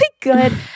good